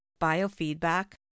Biofeedback